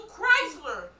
Chrysler